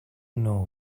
know